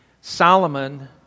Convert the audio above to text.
Solomon